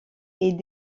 est